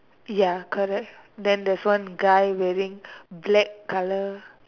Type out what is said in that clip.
ya correct then there's one guy wearing black colour